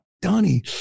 Donnie